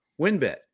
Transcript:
WinBet